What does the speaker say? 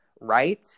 right